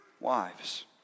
wives